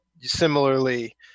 similarly